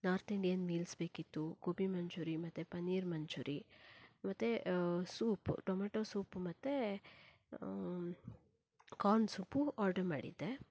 north Indian meals ಬೇಕಿತ್ತು ಗೋಬಿ ಮಂಚೂರಿ ಮತ್ತು ಪನೀರ್ ಮಂಚೂರಿ ಮತ್ತು ಸೂಪ್ ಟೊಮೆಟೊ ಸೂಪ್ ಮತ್ತೆ ಕಾರ್ನ್ ಸೂಪು ಆರ್ಡರ್ ಮಾಡಿದ್ದೆ